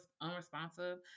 unresponsive